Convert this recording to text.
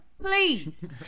please